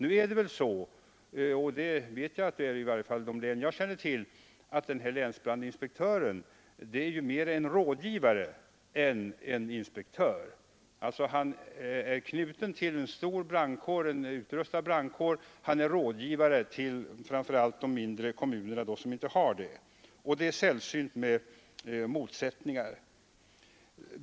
I varje fall i de län som jag känner till är det så att länsbrandinspektören mera är en rådgivare än en inspektör. Han är knuten till en stor, väl utrustad brandkår och är rådgivare till framför allt de mindre kommunerna som inte har någon sådan expertis. Det är sällsynt med motsättningar.